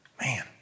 Man